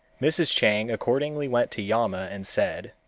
mrs. chang accordingly went to yama and said,